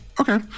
Okay